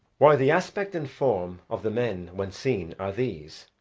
why, the aspect and form of the men when seen are these,